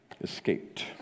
escaped